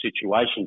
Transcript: situation